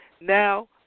Now